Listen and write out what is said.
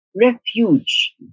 refuge